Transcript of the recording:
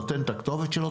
נותן את הכתובת שלו,